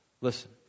Listen